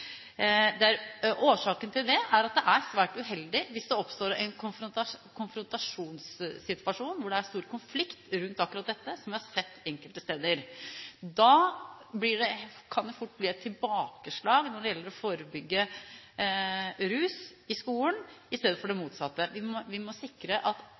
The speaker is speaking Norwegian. Årsaken til dette er at det er svært uheldig hvis det oppstår en konfrontasjonssituasjon, hvor det er stor konflikt rundt akkurat dette, som vi har sett enkelte steder. Da kan det fort bli et tilbakeslag når det gjelder å forebygge rus i skolen, i stedet for det motsatte. Vi må sikre at